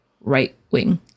right-wing